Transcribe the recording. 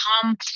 come